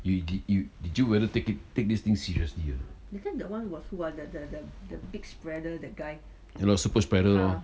you di~ you did you whether take take this thing seriously uh ya lor super spreader lor